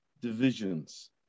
divisions